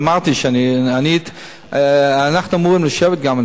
אמרתי שאנחנו אמורים לשבת גם,